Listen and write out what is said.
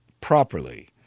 properly